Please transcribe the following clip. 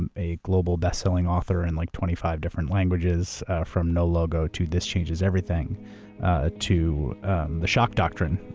and a global, best-selling author in like twenty five different languages from no logo to this changes everything to the shock doctrine,